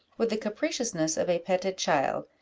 with the capriciousness of a petted child,